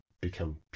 become